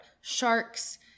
sharks